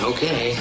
Okay